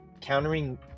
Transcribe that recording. countering